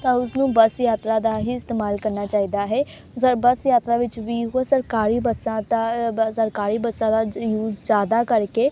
ਤਾਂ ਉਸ ਨੂੰ ਬਸ ਯਾਤਰਾ ਦਾ ਹੀ ਇਸਤੇਮਾਲ ਕਰਨਾ ਚਾਹੀਦਾ ਹੈ ਬਸ ਯਾਤਰਾ ਵਿੱਚ ਵੀ ਉਹ ਸਰਕਾਰੀ ਬੱਸਾਂ ਦਾ ਸਰਕਾਰੀ ਬੱਸਾਂ ਦਾ ਯੁਜ਼ ਜ਼ਿਆਦਾ ਕਰਕੇ